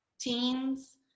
teens